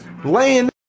laying